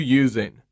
using